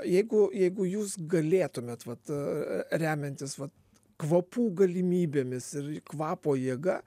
jeigu jeigu jūs galėtumėt vat remiantis vat kvapų galimybėmis ir kvapo jėga